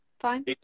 fine